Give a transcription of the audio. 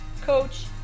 Coach